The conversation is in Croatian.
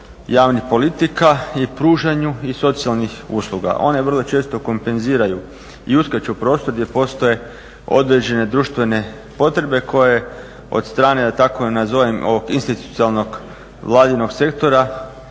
javnih politika i pružanju i socijalnih usluga. One vrlo često kompenziraju i uskaču u prostor gdje postoje određene društvene potrebe koje od strane, da tako nazovem ovog institucionalnog vladinog sektora,